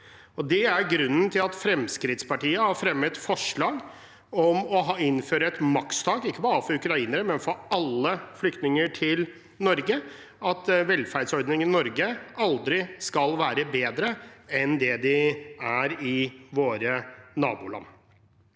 det er grunnen til at Fremskrittspartiet har fremmet forslag om å innføre et makstak – ikke bare for ukrainere, men for alle flyktninger til Norge – der velferdsordningene i Norge aldri skal være bedre enn de er i våre naboland.